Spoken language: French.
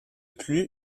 plus